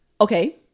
Okay